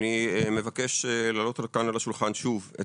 אני מבקש להעלות כאן על השולחן שוב את